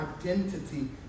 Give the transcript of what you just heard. identity